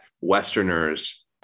Westerners